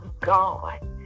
God